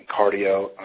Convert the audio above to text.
cardio